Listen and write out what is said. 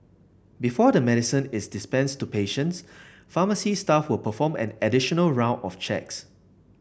before the medicine is dispensed to patients pharmacy staff will perform an additional round of checks